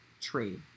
trade